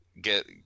Get